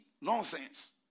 nonsense